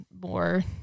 more